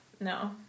no